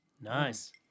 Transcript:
Nice